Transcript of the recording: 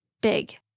big